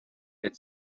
had